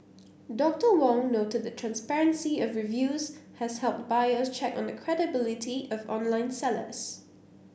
Doctor Wong noted the transparency of reviews has helped buyers check on the credibility of online sellers